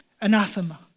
Anathema